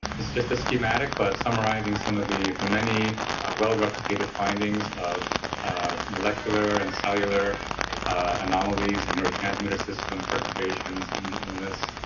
is just a schematic, but summarizing some of the the many well-replicated findings of molecular and cellular anomalies in neurotransmitter system perturbations in the illness.